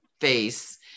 face